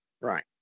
right